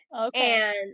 Okay